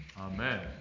Amen